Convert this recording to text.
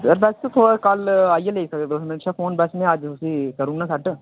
यार बस थोह्ड़ा कल आइयै लेई सकदे तुस मेरे शा फोन बस में अज्ज उस्सी करी ओड़ना सैट्ट